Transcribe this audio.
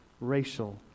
racial